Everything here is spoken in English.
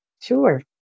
Sure